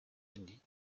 unis